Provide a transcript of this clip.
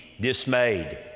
dismayed